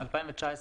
ל-2019.